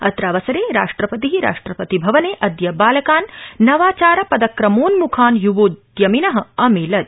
अत्रावसरे राष्ट्रपति राष्ट्रपतिभवने अद्य बालकान् नवाचार पदक्रमोन्म्खान् य्वोद्यमिन अमिलत्